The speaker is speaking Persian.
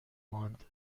ماند